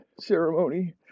ceremony